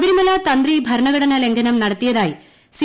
ശബരിമല തന്ത്രി ഭരണഘടന ലംഘനം നടത്തിയതായി സി